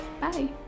Bye